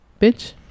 Bitch